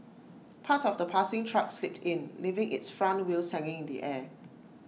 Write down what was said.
part of the passing truck slipped in leaving its front wheels hanging in the air